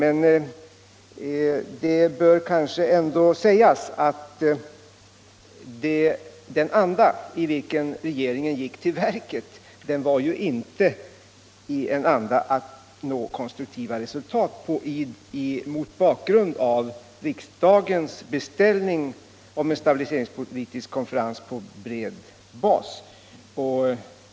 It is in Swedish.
Men det bör kanske ändå sägas att regeringen verkligen inte gick till verket i en anda att nå konstruktiva resultat mot bakgrund av riksdagens beställning av en stabiliseringspolitisk konferens på bred bas.